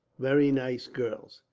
very nice girls.